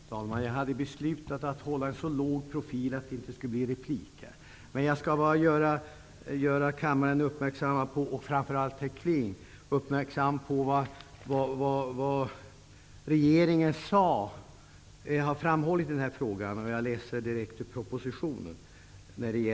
Herr talman! Jag hade beslutat att hålla en så låg profil att det inte skulle bli repliker. Men jag skall bara göra kammaren, och framför allt herr Kling, uppmärksam på vad regeringen har framhållit när det gäller just premie för makas pensionsförsäkring.